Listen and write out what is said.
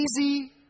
easy